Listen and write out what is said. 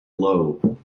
low